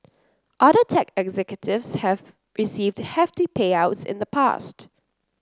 other tech executives have received hefty payouts in the past